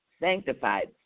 sanctified